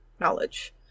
knowledge